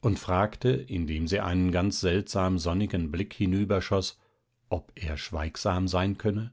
und fragte indem sie einen ganz seltsam sonnigen blick hinüberschoß ob er schweigsam sein könne